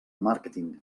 màrqueting